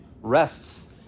rests